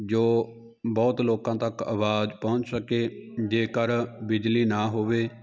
ਜੋ ਬਹੁਤ ਲੋਕਾਂ ਤੱਕ ਆਵਾਜ਼ ਪਹੁੰਚ ਸਕੇ ਜੇਕਰ ਬਿਜਲੀ ਨਾ ਹੋਵੇ